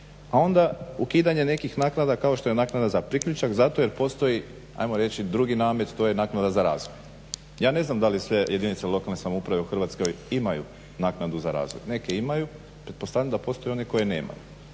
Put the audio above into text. a onda ukidanje nekih naknada kao što je naknada za priključak zato jer postoji ajmo reći drugi namet, a to je naknada za razvoj. Ja ne znam da li sve jedinice lokalne samouprave u Hrvatskoj imaju naknadu za razvoj. Neke imaju, pretpostavljam da postoje one koje nemaju.